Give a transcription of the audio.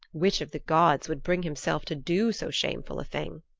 which of the gods would bring himself to do so shameful a thing?